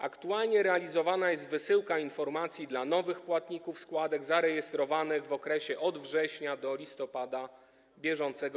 Aktualnie realizowana jest wysyłka informacji dla nowych płatników składek, zarejestrowanych w okresie od września do listopada br.